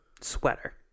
sweater